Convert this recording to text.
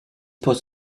post